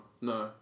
no